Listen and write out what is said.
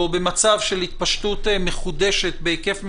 במצב של התפשטות מחודשת בהיקף מסוים,